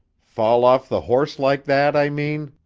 fall off the horse like that, i mean?